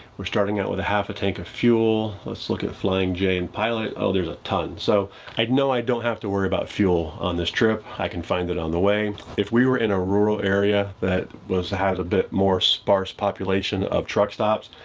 we're starting out with a half a tank of fuel. let's look at flying j and pilot. oh, there's a ton. so i'd know i don't have to worry about fuel on this trip. i can find it on the way. if we were in a rural area that was, has a bit more sparse population of truck stops,